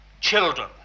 children